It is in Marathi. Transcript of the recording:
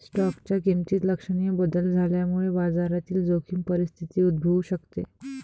स्टॉकच्या किमतीत लक्षणीय बदल झाल्यामुळे बाजारातील जोखीम परिस्थिती उद्भवू शकते